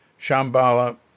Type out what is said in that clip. Shambhala